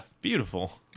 beautiful